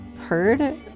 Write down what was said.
heard